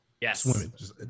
Yes